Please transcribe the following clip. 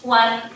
one